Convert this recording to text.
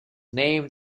named